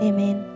Amen